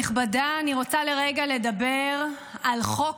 כנסת נכבדה, אני רוצה רגע לדבר על חוק